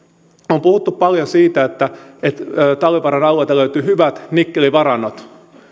on puhuttu paljon siitä että talvivaaran alueelta löytyy hyvät nikkelivarannot